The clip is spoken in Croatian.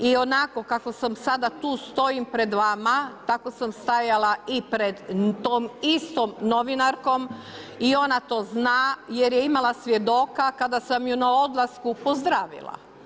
I onako kako sam sada tu stojim pred vama, tako sam stajala pred tom istom novinarkom i ona to zna jer je imala svjedoka kada sam je na odlasku pozdravila.